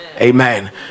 Amen